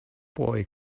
boy